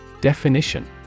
Definition